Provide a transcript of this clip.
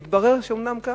והתברר שאומנם כך.